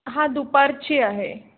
हा दुपारची आहे